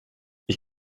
ich